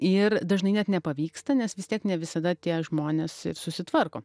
ir dažnai net nepavyksta nes vis tiek ne visada tie žmonės ir susitvarko